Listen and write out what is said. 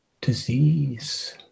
disease